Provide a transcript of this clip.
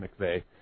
McVeigh